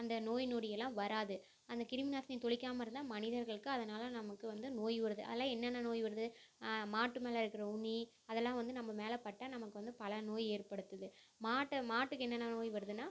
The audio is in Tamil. அந்த நோய் நொடி எல்லாம் வராது அந்த கிருமி நாசினி தெளிக்காம இருந்தால் மனிதர்களுக்கு அதனால் நமக்கு வந்து நோய் வருது அதலாம் என்னென்ன நோய் வருது மாட்டு மேலே இருக்கிற உண்ணி அதெல்லாம் வந்து நம் மேல் பட்டால் நமக்கு வந்து பல நோய் ஏற்படுத்துது மாட்டை மாட்டுக்கு என்னென்ன நோய் வருதுன்னா